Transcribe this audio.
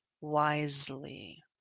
wisely